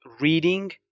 reading